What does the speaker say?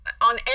On